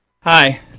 Hi